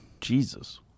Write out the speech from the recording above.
Jesus